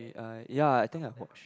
eh uh ya I think I watched